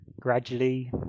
gradually